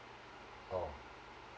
oh